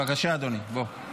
בבקשה, אדוני, בוא.